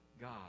God